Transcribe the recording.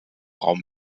raum